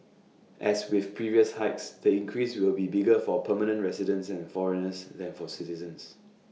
as with previous hikes the increase will be bigger for permanent residents and foreigners than for citizens